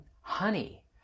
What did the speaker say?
honey